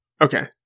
okay